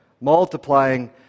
multiplying